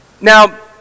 Now